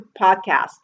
podcast